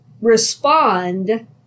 respond